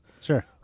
Sure